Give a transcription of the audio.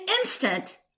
instant